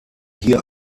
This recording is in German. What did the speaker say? hier